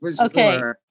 Okay